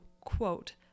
quote